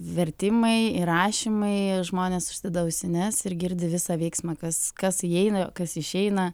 vertimai įrašymai žmonės užsideda ausines ir girdi visą veiksmą kas kas įeina kas išeina